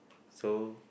so